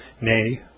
nay